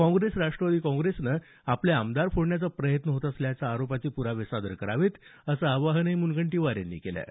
काँग्रेस राष्ट्रवादी काँग्रेसनं त्यांचे आमदार फोडण्याचा प्रयत्न होत असल्याच्या आरोपांचे पुरावे सादर करावेत असं आवाहनही मुनगंटीवार यांनी केलं आहे